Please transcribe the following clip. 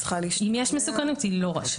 אם יש מסוכנות היא לא רשאית.